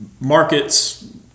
markets